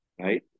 right